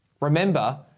Remember